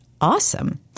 awesome